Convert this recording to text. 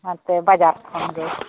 ᱦᱟᱱᱛᱮ ᱵᱟᱡᱟᱨ ᱠᱷᱚᱱ ᱜᱮ